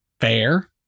Fair